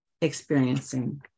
experiencing